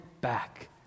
back